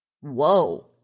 Whoa